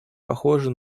похожа